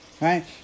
right